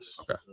Okay